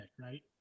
right